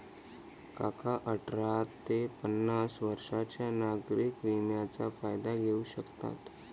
काका अठरा ते पन्नास वर्षांच्या नागरिक विम्याचा फायदा घेऊ शकतात